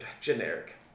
Generic